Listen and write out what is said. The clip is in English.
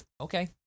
okay